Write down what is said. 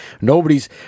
Nobody's